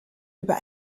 über